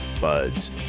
Buds